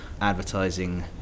Advertising